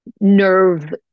nerve